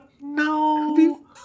No